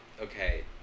okay